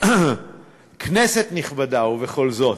כנסת נכבדה, ובכל זאת,